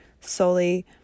solely